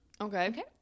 Okay